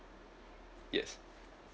yes